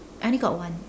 I only got one